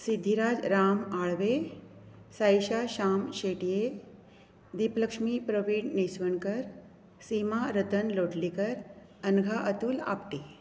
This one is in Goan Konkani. सिद्धीराज राम आळवे साईशा श्याम शेटये दिपलक्ष्मी प्रविण निसणकर सिमा रतन लोटलीकर अनघा अतुल आपटे